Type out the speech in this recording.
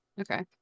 Okay